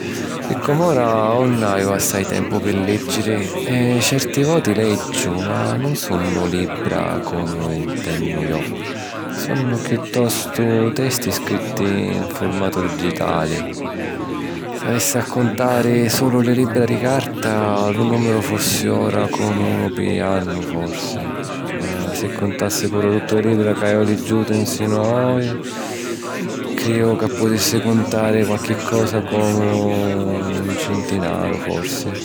Pi com'ora nun haju assai tempu pi lèggiri. Certi voti leggiu, ma nun sunnu libbra comu l'intennu jo: sunnu chiù tostu testi scritti in furmatu digitali... S'avissi a cuntari sulu li libbra di carta, lu nùmiru fussi ora comu unu pi annu, forsi. Ma si cuntassi puru tutti li libbra ca haju liggiutu nsinu a oji, crìu ca putissi cuntari qualchi cosa comu un cintinaru, forsi.